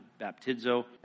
baptizo